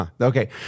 Okay